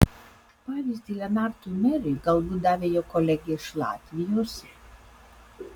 pavyzdį lenartui meriui galbūt davė jo kolegė iš latvijos